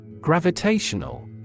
Gravitational